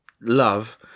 love